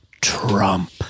trump